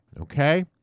Okay